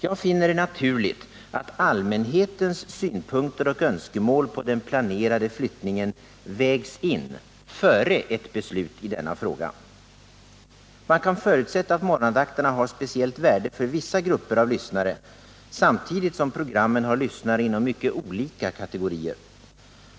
Jag finner det naturligt att allmänhetens synpunkter och önskemål på den planerade flyttningen vägs in före ett beslut i denna fråga. Man kan förutsätta att morgonandakterna har speciellt värde för vissa grupper av lyssnare, samtidigt som programmen har lyssnare inom mycket olika kategorier.